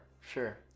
sure